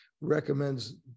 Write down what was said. recommends